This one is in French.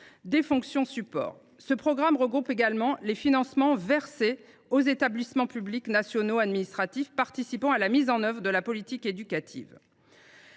des fonctions support. Ce programme regroupe également les financements versés aux établissements publics nationaux administratifs participant à la mise en œuvre de la politique éducative.